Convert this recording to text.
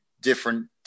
different